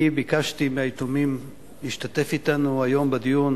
אני ביקשתי מהיתומים להשתתף אתנו היום בדיון,